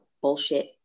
bullshit